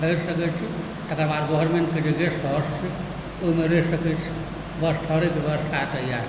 ठहैर सकैत छी तकर बाद गोभर्मेन्टके जे गेस्ट हाउस छै ओहिमे रहि सकैत छी बस ठहरै कऽ व्यवस्था एतऽ इएह छै